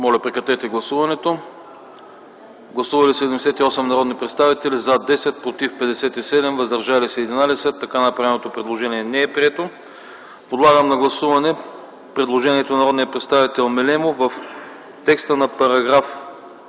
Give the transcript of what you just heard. комисията не подкрепя. Гласували 78 народни представители: за 10, против 57, въздържали се 11. Така направено предложение не е прието. Подлагам на гласуване предложението на народния представител Мелемов – в текста на параграф